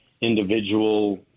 individual